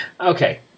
Okay